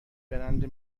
برند